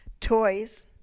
Toys